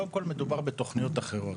קודם כל מדובר בתוכניות אחרות,